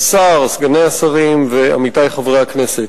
השר, סגני השרים ועמיתי חברי הכנסת,